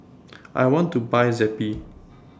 I want to Buy Zappy